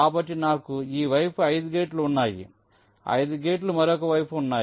కాబట్టి నాకు ఈ వైపు 5 గేట్లు ఉన్నాయి 5 గేట్లు మరొక వైపు ఉన్నాయి